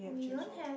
we don't have